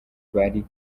bari